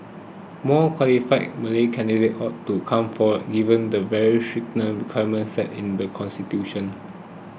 more qualified Malay candidates ought to come forward given the very stringent set in the constitution